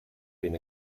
been